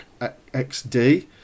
XD